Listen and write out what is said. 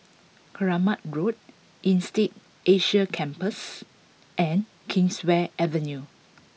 Kramat Road Insead Asia Campus and Kingswear Avenue